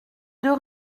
deux